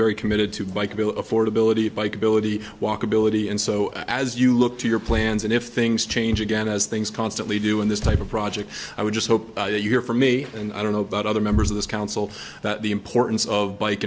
very committed to bike below affordability bikeability walkability and so as you look to your plans and if things change again as things constantly do in this type of project i would just hope that you hear from me and i don't know about other members of this council the importance of bike